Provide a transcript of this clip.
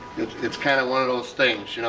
it's kind of one of those things, you know